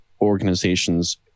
organizations